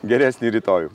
geresnį rytojų